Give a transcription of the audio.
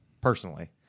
personally